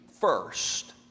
first